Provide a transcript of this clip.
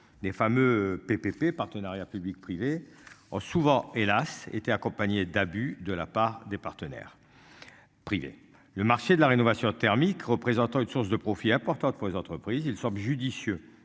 des femmes PPP partenariat public-privé. Souvent hélas était accompagné d'abus de la part des partenaires. Privés. Le marché de la rénovation thermique représentant une source de profit importante pour les entreprises ils semble judicieux